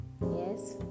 yes